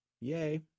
Yay